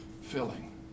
filling